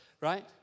right